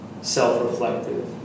self-reflective